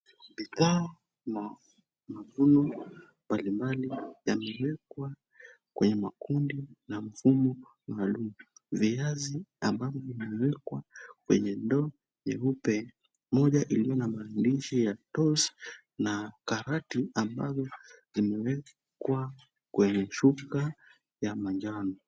Bidhaa na mavuno mbali mbali, yamewekwa kwenye makundi na mfumo maalum. Viazi ambavyo vimewekwa kwenye ndoo nyeupe, moja iliyo na maandishi ya Toss na karati ambazo zimewekwa kwenye shuka ya manjano.